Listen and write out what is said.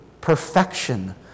Perfection